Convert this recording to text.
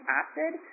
acid